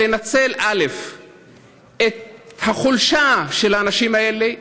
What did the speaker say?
לנצל את החולשה של האנשים האלה,